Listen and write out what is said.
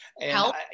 help